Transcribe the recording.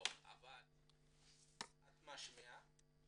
את משמיעה,